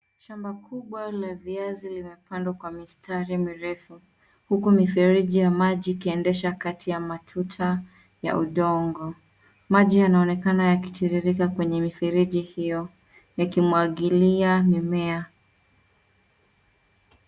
Shamba kubwa la viazi limepandwa kwa mistari mirefu huku mifereji ya maji ikiendesha kati ya matuta ya udongo. Maji yanaonekana yakitiririka kwenye mifereji hiyo likimwagilia mimea.